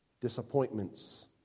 disappointments